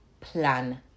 plan